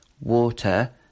water